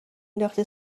نداختی